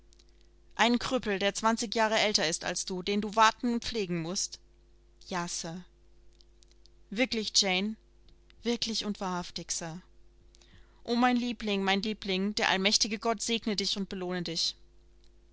einen krüppel der zwanzig jahre älter ist als du den du warten und pflegen mußt ja sir wirklich jane wirklich und wahrhaftig sir o mein liebling mein liebling der allmächtige gott segne dich und belohne dich